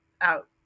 out